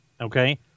okay